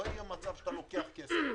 לא יהיה מצב שאתה לוקח את הכסף,